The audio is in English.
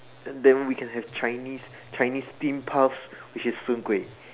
then we can have Chinese Chinese steam puff which is soon-Kueh